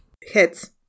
hits